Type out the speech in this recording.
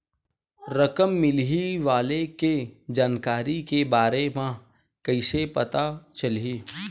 रकम मिलही वाले के जानकारी के बारे मा कइसे पता चलही?